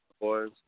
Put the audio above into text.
Boys